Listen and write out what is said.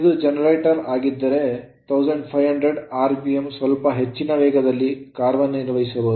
ಇದು ಜನರೇಟರ್ ಆಗಿದ್ದರೆ ಇದು 1500 RPM ಸ್ವಲ್ಪ ಹೆಚ್ಚಿನ ವೇಗದಲ್ಲಿ ಕಾರ್ಯನಿರ್ವಹಿಸಬಹುದು